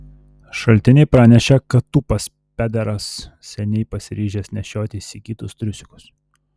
šaltiniai pranešė kad tūpas pederas seniai pasiryžęs nešioti įsigytus triusikus